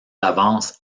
d’avance